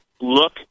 look